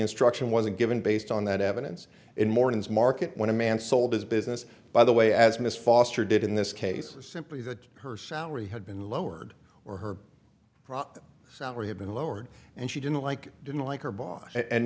instruction was given based on that evidence in mornings market when a man sold his business by the way as miss foster did in this case simply that her salary had been lowered or her salary had been lowered and she didn't like didn't like her boss and